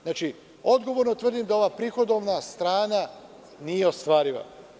Znači, odgovorno tvrdim da ova prihodna strana nije ostvarljiva.